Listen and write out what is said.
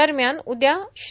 दरम्यान उद्या श्री